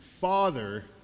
father